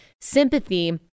sympathy